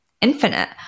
infinite